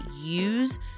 use